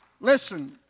Listen